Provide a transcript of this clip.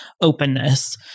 openness